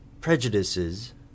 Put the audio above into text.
prejudices